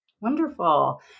Wonderful